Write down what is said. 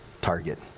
target